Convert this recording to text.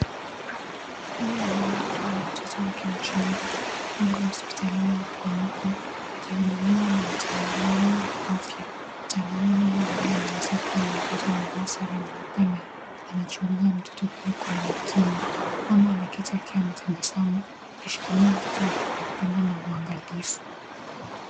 Huyu ni mama akiwa na mtoto wake mchanga , labda hospitalini au kliniki akihudumiwa na mtaalamu wa afya , mtaalamu huyu ambaye anaweza kuwa muuguzi amevaa sare nyeupe na anachunguza mtoto huyu kwa umakini. Mama ameketi akiwa ametabasamu akishikilia mtoto wake kwa pendo na uangalifu